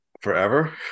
Forever